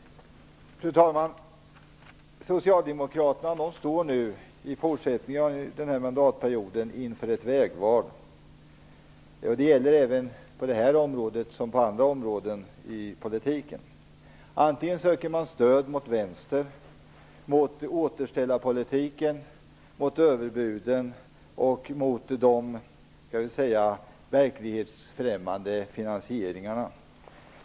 Fru talman! Socialdemokraterna står under denna mandatperiod inför ett vägval. Det gäller såväl på detta område som på andra områden i politiken. Antingen söker man stöd mot vänster, mot återställarpolitik, mot överbud och mot verklighetsfrämmande finansieringar.